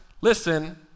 listen